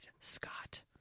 Scott